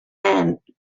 and